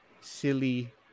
silly